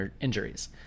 injuries